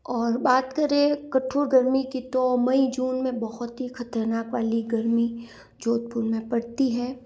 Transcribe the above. और बात करें कठोर गर्मी की तो मई जून में बहुत ही ख़तरनाक वाली गर्मी जोधपुर में पड़ती है